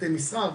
בתי מסחר,